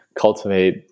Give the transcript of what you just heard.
cultivate